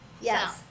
Yes